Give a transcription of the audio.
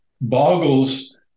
boggles